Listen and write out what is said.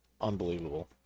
unbelievable